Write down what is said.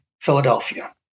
Philadelphia